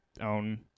own